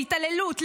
להתעללות,